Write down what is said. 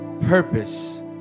purpose